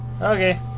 Okay